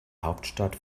hauptstadt